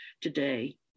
today